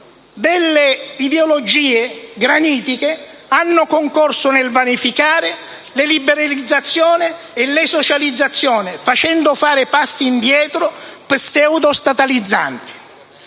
di ideologie granitiche, hanno concorso nel vanificare le liberalizzazioni e le socializzazioni, facendo fare passi indietro pseudostatalizzanti.